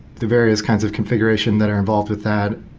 the various kinds of configuration that are involved with that,